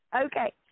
Okay